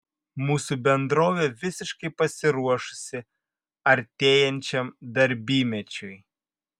mūsų bendrovė visiškai pasiruošusi artėjančiam darbymečiui